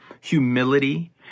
humility